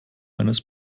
eines